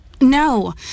no